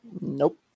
Nope